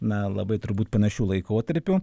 na labai turbūt panašiu laikotarpiu